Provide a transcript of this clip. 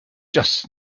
just